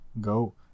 go